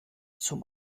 zum